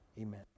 Amen